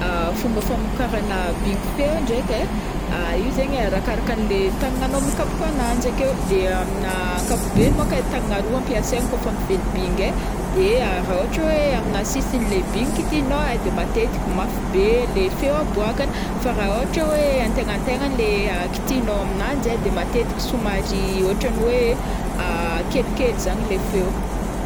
Fomba famokarana bingy feo ndraiky eky e, io zegny arakaraka le tagnagnao mikapoko agnanjy ake, de amin'ny ankapobeny môko tagnagna roa ampiasaigna kaofa mively bingy e, de raha ôhatra hoe amina sisin'le bingy igny kitihignao de matetiky mafy be le feo aboakagny, fa raha ôhatra hoe antegnategnany leha kitihinao amin'azy de matetiky somary ohatran'ny hoe kelikely zagny le feo.